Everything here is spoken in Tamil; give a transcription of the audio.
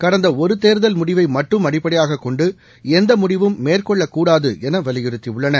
கடந்த ஒரு தேர்தல் முடிவை மட்டும் அடிப்படையாகக் கொண்டு எந்த முடிவும் மேற்கொள்ளக் கூடாது என வலியுறுத்தியுள்ளன